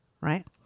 Right